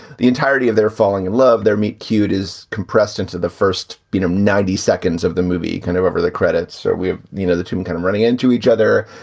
the entirety of their falling in love. they're meet cute is compressed into the first you know ninety seconds of the movie, kind of over the credits, or we have, you know, the two and kind of running into each other.